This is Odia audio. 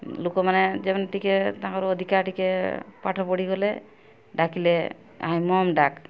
ଲୋକମାନେ ଯେମିତି ଟିକିଏ ତାଙ୍କର ଅଧିକା ଟିକିଏ ପାଠ ପଢ଼ିଗଲେ ଡାକିଲେ ହାଏ ମମ୍ ଡାକ